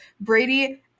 Brady